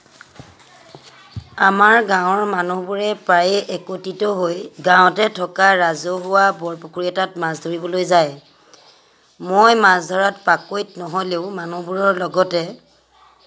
আমাৰ গাঁৱৰ মানুহবোৰে প্ৰায়ে একত্ৰিত হৈ গাঁৱতে থকা ৰাজহুৱা বৰপুখুৰী এটাত মাছ ধৰিবলৈ যায় মই মাছ ধৰাত পাকৈত নহ'লেও মানুহবোৰৰ লগতে